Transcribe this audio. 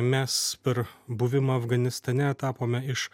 mes per buvimą afganistane tapome iš